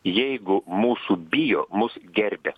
jeigu mūsų bijo mus gerbia